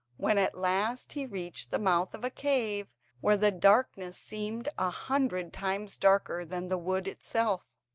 when at last he reached the mouth of a cave where the darkness seemed a hundred times darker than the wood itself.